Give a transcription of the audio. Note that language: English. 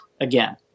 again